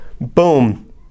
boom